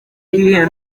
gihe